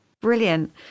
Brilliant